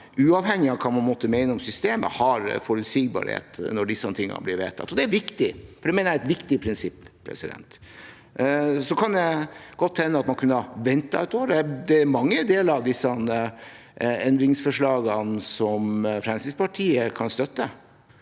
uavhengig av hva man måtte mene om systemet, har kommunene forutsigbarhet når dette blir vedtatt, og det er viktig. Det mener jeg er et viktig prinsipp. Det kan godt hende man kunne ventet et år. Det er mange deler av disse endringsforslagene Fremskrittspartiet kan støtte.